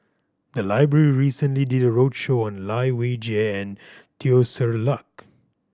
the library recently did a roadshow on Lai Weijie and Teo Ser Luck